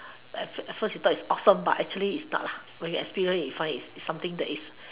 at first you think it's awesome but actually it's not when you experience you find it's something that is